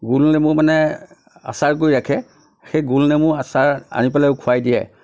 গোলনেমু মানে আচাৰ কৰি ৰাখে সেই গোলনেমুৰ আচাৰ আনি পেলাইও খুৱাই দিয়ে